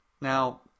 Now